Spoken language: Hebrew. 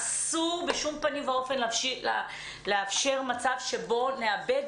אסור בשום פנים ואופן לאפשר מצב שבו נאבד